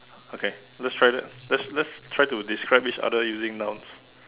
okay let's try that let's let's try to describe each other using nouns